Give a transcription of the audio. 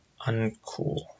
uncool